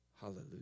Hallelujah